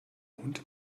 hund